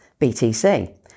BTC